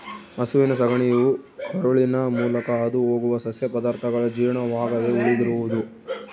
ಹಸುವಿನ ಸಗಣಿಯು ಕರುಳಿನ ಮೂಲಕ ಹಾದುಹೋಗುವ ಸಸ್ಯ ಪದಾರ್ಥಗಳ ಜೀರ್ಣವಾಗದೆ ಉಳಿದಿರುವುದು